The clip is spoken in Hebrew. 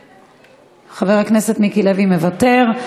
מוותר.